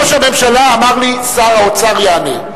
ראש הממשלה אמר לי: שר האוצר יענה.